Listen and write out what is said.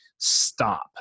stop